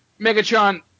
Megatron